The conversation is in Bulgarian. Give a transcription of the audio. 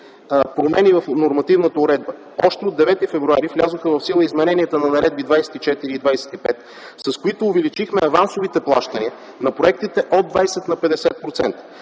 промени в нормативната уредба. Още от 9 февруари влязоха в сила измененията на Наредба № 24 и Наредба № 25, с които увеличихме авансовите плащания на проектите от 20 на 50%.